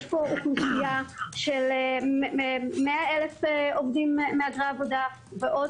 יש פה אוכלוסייה של 100,000 מהגרי עבודה ועוד